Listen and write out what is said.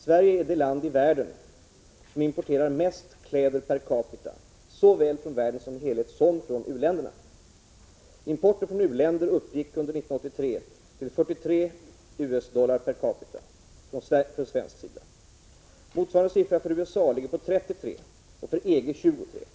Sverige är det land i världen som importerar mest kläder per capita såväl från världen som helhet som från u-länderna. Den svenska importen från u-länder uppgick 1983 till 43 US-dollar per capita. Motsvarande siffra för USA är 33 90 och för EG 23 2.